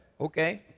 Okay